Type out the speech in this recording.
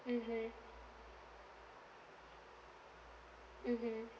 mmhmm mmhmm